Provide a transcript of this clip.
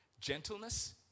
gentleness